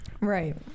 right